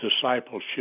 discipleship